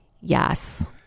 Yes